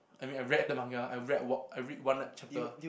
I mean I read the manga I read wa~ I read one night chapter